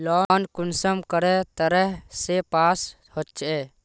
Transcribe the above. Loan कुंसम करे तरह से पास होचए?